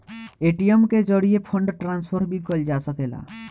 ATM के जरिये fund transfer भी कईल जा सकेला